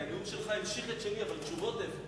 כי הנאום שלך המשיך את שלי, אבל תשובות אין בו.